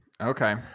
Okay